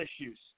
issues